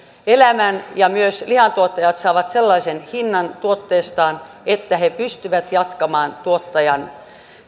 elämän ja myös lihantuottajat saavat sellaisen hinnan tuotteestaan että he pystyvät jatkamaan tuottajan